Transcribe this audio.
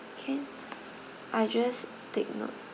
can I just take note